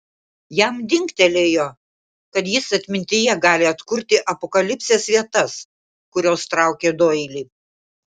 jam dingtelėjo kad jis atmintyje gali atkurti apokalipsės vietas kurios traukė doilį